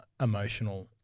emotional